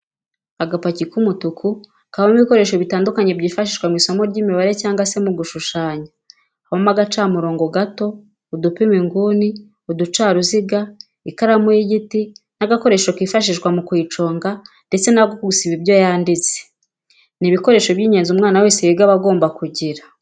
Agapaki k'umutuku kabamo ibikoresho bitandukanye byifashishwa mw'isomo ry'imibare cyangwa se mu gushushanya habamo agacamurobo gato, udupima inguni, uducaruziga ,ikaramu y'igiti n'agakoresho kifashishwa mu kuyiconga ndetse n'ako gusiba ibyo yanditse, ni ibikoresho by'ingenzi umwana wese wiga aba agomba kugira.